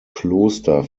kloster